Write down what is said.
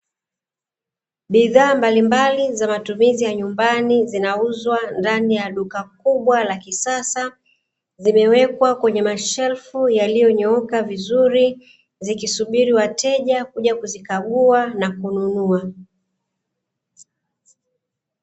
Bidhaa mbalimbali za matumizi ya nyumbani zinauzwa ndani ya duka kubwa la kisasa. Zimewekwa kwenye mashelfu yaliyonyooka vizuri zikisubiri wateja kuja kuzikagua na kuzinunua.